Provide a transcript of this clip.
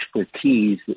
expertise